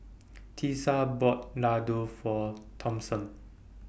Tisa bought Ladoo For Thompson